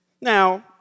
Now